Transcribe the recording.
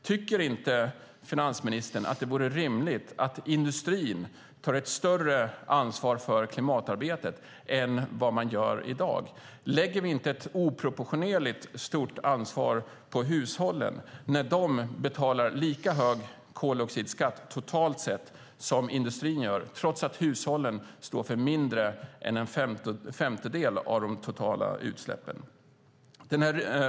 Tycker inte finansministern att det vore rimligt att industrin tar ett större ansvar för klimatarbetet än man gör i dag? Lägger vi inte ett oproportionerligt stort ansvar på hushållen när de betalar lika hög koldioxidskatt totalt sett som industrin gör, trots att hushållen står för mindre än en femtedel av de totala utsläppen?